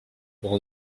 pour